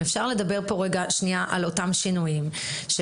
אם אפשר לדבר כאן על אותם שינויים - נראה